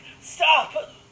Stop